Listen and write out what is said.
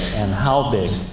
and how big.